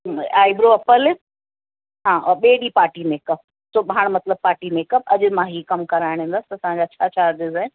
eyebrow upper lips हा ओ ॿिए ॾींहुं पार्टी मेक अप सुभाणे मतिलबु पार्टी मेक अप अॼु मां ही कमु कराइण ईंदसि त तव्हां छा चार्जिस आहे